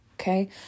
Okay